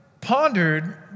pondered